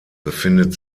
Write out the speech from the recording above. befindet